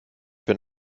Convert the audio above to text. bin